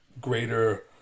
greater